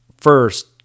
first